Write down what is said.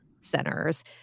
centers